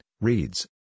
reads